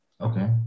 Okay